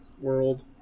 world